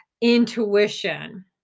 intuition